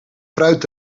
fruit